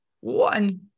one